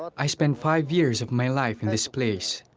i spent five years of my life in this place.